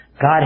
God